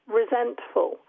resentful